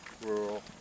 rural